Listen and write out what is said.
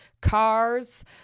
cars